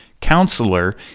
counselor